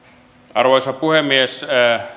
arvoisa puhemies